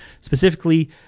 specifically